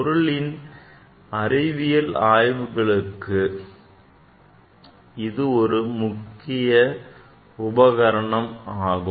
பொருள் அறிவியல் ஆய்வுகளுக்கு இது ஒரு மிக மிக பயனுள்ள உபகரணம் ஆகும்